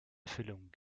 erfüllung